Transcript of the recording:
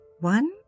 One